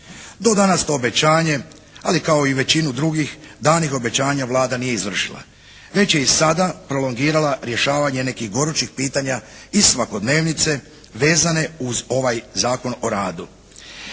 Do danas to obećanje, ali i kao većinu drugih danih obećanja, Vlada nije izvršila već je i sada prolongirala rješavanje nekih gorućih pitanja iz svakodnevnice vezane uz ovaj Zakon o radu.